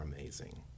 amazing